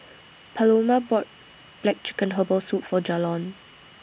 Paloma bought Black Chicken Herbal Soup For Jalon